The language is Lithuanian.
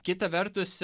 kita vertus